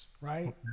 right